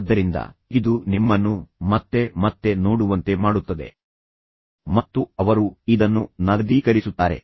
ಆದ್ದರಿಂದ ಇದು ನಿಮ್ಮನ್ನು ಮತ್ತೆ ಮತ್ತೆ ನೋಡುವಂತೆ ಮಾಡುತ್ತದೆ ಮತ್ತು ಅವರು ಇದನ್ನು ನಗದೀಕರಿಸುತ್ತಾರೆ